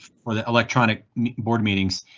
for the electronic board meetings.